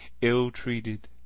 Ill-treated